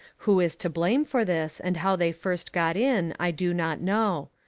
who is to blame for this and how they first got in i do not know.